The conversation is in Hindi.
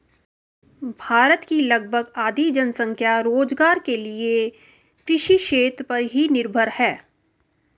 भारत की लगभग आधी जनसंख्या रोज़गार के लिये कृषि क्षेत्र पर ही निर्भर है